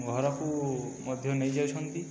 ଘରକୁ ମଧ୍ୟ ନେଇଯାଉଛନ୍ତି